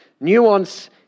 Nuance